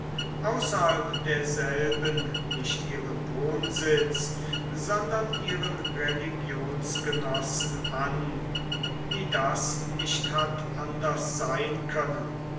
außerhalb derselben nicht ihren wohnsitz sondern ihren religionsgenossen an wie das nicht hat anders sein können